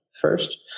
first